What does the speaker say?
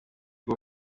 byo